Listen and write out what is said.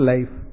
Life